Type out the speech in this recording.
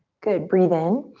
good, breathe in.